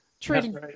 Trading